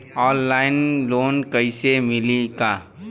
Online loan कइसे मिली?